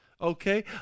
Okay